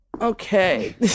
Okay